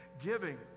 giving